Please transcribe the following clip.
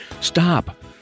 stop